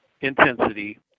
intensity